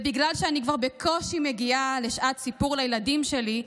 ובגלל שאני כבר בקושי מגיעה לשעת סיפור לילדים שלי,